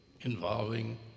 involving